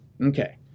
okay